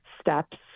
steps